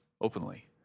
openly